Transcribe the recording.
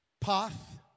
path